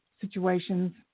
situations